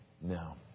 No